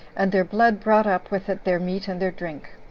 and their blood brought up with it their meat and their drink.